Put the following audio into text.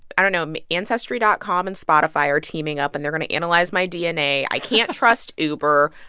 i don't know um ancestry dot com and spotify are teaming up, and they're going to analyze my dna. i can't trust uber.